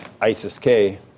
ISIS-K